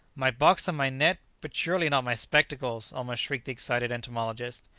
my box and my net! but surely not my spectacles! almost shrieked the excited entomologist.